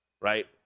right